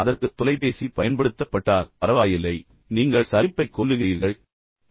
அதற்கு தொலைபேசி பயன்படுத்தப்பட்டால் பரவாயில்லை நீங்கள் சலிப்பைக் கொல்லுகிறீர்கள் நீங்கள் அனுபவிக்கிறீர்கள்